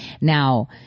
Now